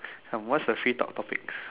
come what is a free talk topic